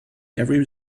every